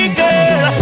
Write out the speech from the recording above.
girl